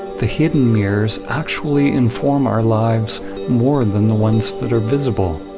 the hidden mirrors actually inform our lives more than the ones that are visible.